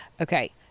Okay